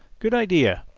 good idea!